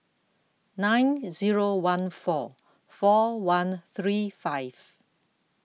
nine zero one four four one three five